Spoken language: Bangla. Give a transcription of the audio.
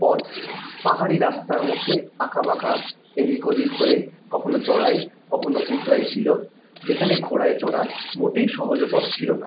পথ পাহাড়ি রাস্তার মধ্যে আঁকা বাঁকা এদিক ওদিক হয়ে কখনো চড়াই কখনো উৎরাই ছিল যেখানে ঘোড়ায় চড়া মোটেই সহজকর ছিল না